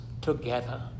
together